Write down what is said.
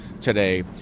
today